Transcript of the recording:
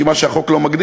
כי מה שהחוק לא מגדיר,